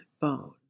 bone